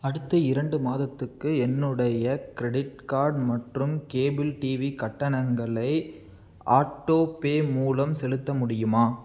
அடுத்த இரண்டு மாதத்துக்கு என்னுடைய க்ரெடிட் கார்ட் மற்றும் கேபிள் டிவி கட்டணங்களை ஆட்டோ பே மூலம் செலுத்த முடியுமா